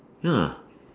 ya